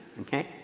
okay